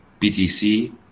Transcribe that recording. BTC